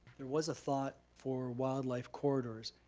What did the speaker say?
there was a thought for wildlife corridors.